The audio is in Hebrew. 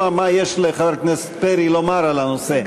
מה יש לחבר הכנסת פרי לומר על הנושא.